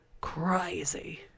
Crazy